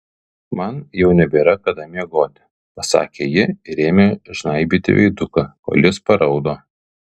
man jau nebėra kada miegoti pasakė ji ir ėmė žnaibyti veiduką kol jis paraudo